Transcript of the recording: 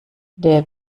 der